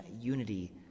unity